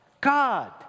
God